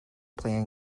plan